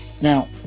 Now